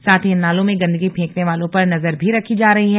साथ ही इन नालों में गन्दगी फेंकने वालों पर नजर भी रखी जा रही है